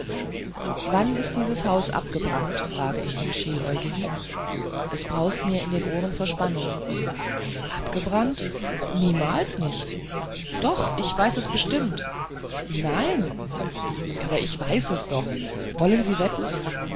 wann ist dieses haus abgebrannt frage ich den schieläugigen es braust mir in den ohren vor spannung abgebrannt niemals nicht doch ich weiß es bestimmt nein aber ich weiß es doch wollen sie wetten